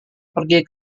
pergi